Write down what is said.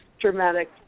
dramatic